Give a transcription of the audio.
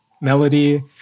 melody